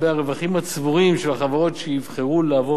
הצבורים של החברות שיבחרו לעבור למסלול זה.